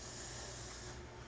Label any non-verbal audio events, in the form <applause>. <breath>